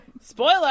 Spoiler